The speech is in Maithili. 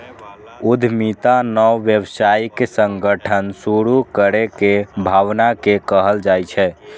उद्यमिता नव व्यावसायिक संगठन शुरू करै के भावना कें कहल जाइ छै